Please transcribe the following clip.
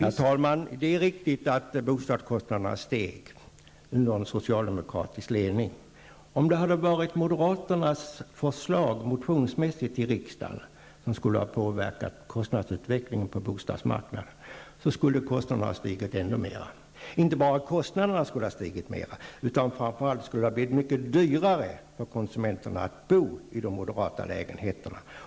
Herr talman! Det är riktigt att bostadskostnaderna steg under en socialdemokratisk ledning. Om de förslag som moderaterna i motioner har framfört i riksdagen hade fått påverka kostnadsutvecklingen på bostadsmarknaden skulle kostnaderna ha stigit ännu mer. Inte bara kostnaderna skulle ha stigit mer, utan framför allt skulle det ha blivit mycket dyrare för konsumenterna att bo i de moderata lägenheterna.